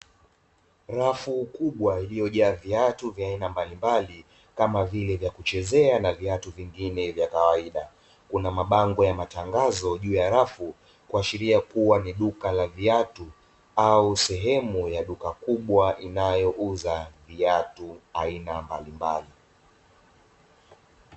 Rafu kubwa iliyojaa viatu vya aina mbalimbali kama vile vya kuchezea na viatu vingine vya kawaida, kuna mabango ya matangazo juu ya rafu kuashiria kuwa ni duka la viatu au sehemu ya duka kubwa inayouza viatu aina mbalimbali.